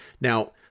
Now